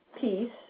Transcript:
peace